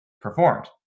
performed